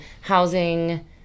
housing